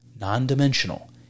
non-dimensional